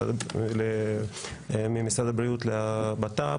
ממשרד הבריאות לבט"פ.